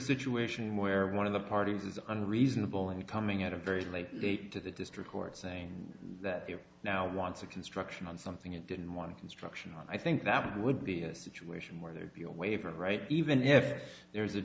situation where one of the parties is unreasonable and coming at a very late date to the district court saying that you now wants a construction on something you didn't want construction on i think that would be a situation where there be a waiver right even if there is a